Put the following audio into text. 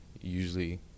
usually